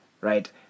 right